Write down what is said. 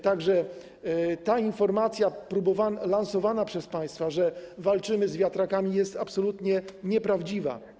Tak że ta informacja lansowana przez państwa, że walczymy z wiatrakami, jest absolutnie nieprawdziwa.